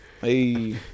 Hey